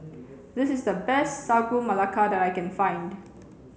this is the best Sagu Melaka that I can find